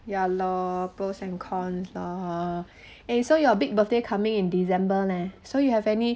ya lor pros and cons lor and so your big birthday coming in december leh so you have any